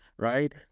right